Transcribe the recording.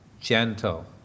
gentle